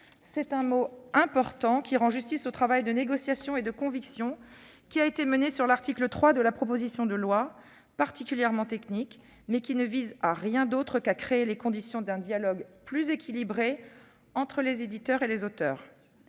C'est un mot important, qui rend justice au travail de négociation et de conviction qui a été mené sur l'article 3 de la proposition de loi, particulièrement technique, mais qui ne vise à rien d'autre qu'à créer les conditions d'un dialogue plus équilibré entre les éditeurs et les auteurs.